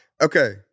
Okay